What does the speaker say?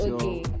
Okay